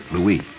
Louis